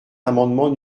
l’amendement